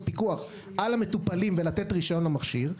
פיקוח על המטופלים ולתת רישיון למכשיר,